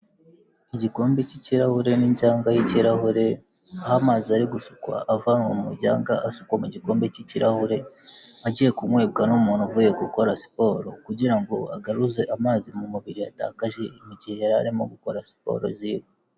Igikombe cy'ikirahure n'ijyaga y'ikirahure, aho amazi ari gusukwa avanwa mu ijyaga asukwa mu gikombe cy'ikirahure, agiye kunywebwa n'umuntu uvuye gukora siporo kugira ngo agaruze amazi mu mubiri, yatakaje igihe yari arimo gukora siporo ziwe.